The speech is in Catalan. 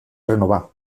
renovar